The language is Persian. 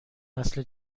نسل